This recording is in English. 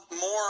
more